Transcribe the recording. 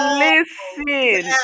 listen